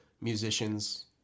musicians